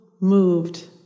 moved